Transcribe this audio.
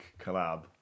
collab